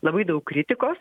labai daug kritikos